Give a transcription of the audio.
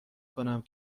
کنم